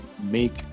make